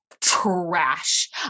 trash